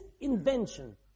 invention